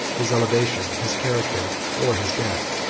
his elevation, his character, or his death.